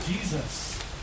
Jesus